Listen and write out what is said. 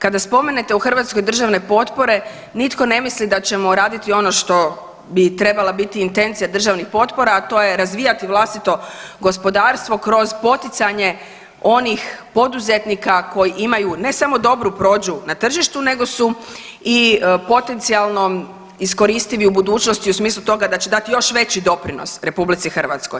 Kada spomenute u Hrvatskoj državne potpore nitko ne misli da ćemo raditi ono što bi trebala biti intencija državnih potpora, a to je razvijati vlastito gospodarstvo kroz poticanje onih poduzetnika koji imaju ne samo dobru prođu na tržištu nego su i potencijalno iskoristivi u budućnosti u smislu toga da će dati još veći doprinos RH.